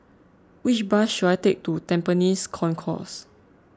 which bus should I take to Tampines Concourse